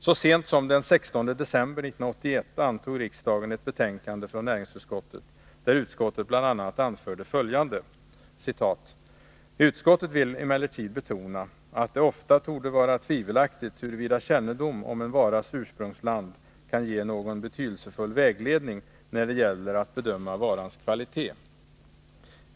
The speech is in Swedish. Så sent som den 16 december 1981 antog riksdagen ett betänkande från näringsutskottet, där utskottet bl.a. anförde följande: ”Utskottet vill emellertid betona att det ofta torde vara tvivelaktigt huruvida kännedom om en varas ursprungsland kan ge någon betydelsefull vägledning när det gäller att bedöma varans kvalitet.